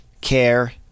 care